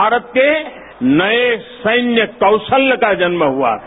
भारत के नए सैन्य कौशल का जन्म हुआ था